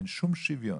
אין שום שוויון.